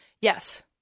Yes